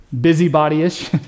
busybody-ish